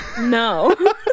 No